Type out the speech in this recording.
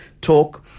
talk